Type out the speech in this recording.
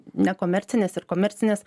nekomercinės ir komercinės